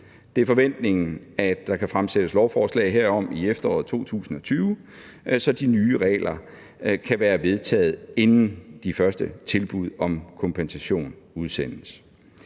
Det er forventningen, at der kan fremsættes lovforslag om det i efteråret 2021, så de nye regler kan være vedtaget, inden de første tilbud om kompensation udsendes.